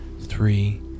three